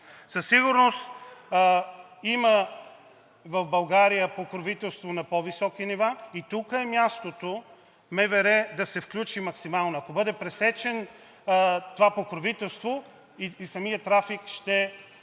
Със сигурност има в България покровителство на по-високи нива и тук е мястото МВР да се включи максимално. Ако бъде пресечено това покровителство и самият трафик ще